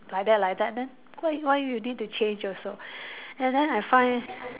like that like that then why why you need to change also and then I find